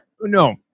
no